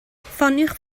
ffoniwch